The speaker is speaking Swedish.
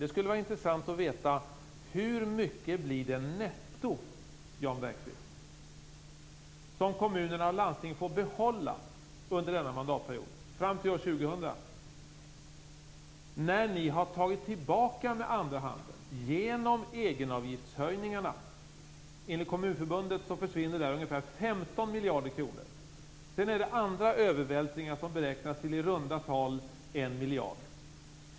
Det skulle vara intressant att veta hur mycket det blir netto som kommunerna och landstingen får behålla under denna mandatperiod fram till år 2000, när ni med andra handen tagit tillbaka pengar genom egenavgiftshöjningarna? Enligt Kommunförbundet försvinner där 15 miljarder kronor. Andra övervältringar beräknas i runda tal bli 1 miljard.